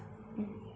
mm